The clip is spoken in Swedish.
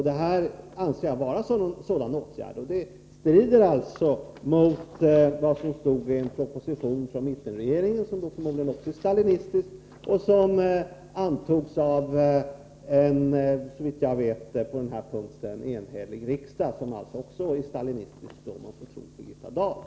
Det här anser jag vara ett sådant fall. Det strider alltså mot vad som stod i en proposition från mittenregeringen, som då förmodligen måste anses vara stalinistisk. På den här punkten antogs propositionen, såvitt jag vet, av en enhällig riksdag, som alltså även den är stalinistisk — om man får tro Birgitta Dahl.